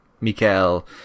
Mikael